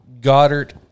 Goddard